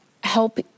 help